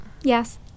Yes